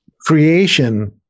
creation